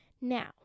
Now